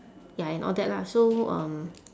ya and all that lah so um